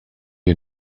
you